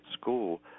school